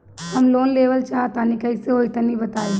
हम लोन लेवल चाह तनि कइसे होई तानि बताईं?